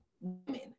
women